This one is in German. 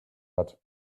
hat